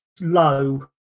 low